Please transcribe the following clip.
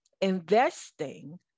investing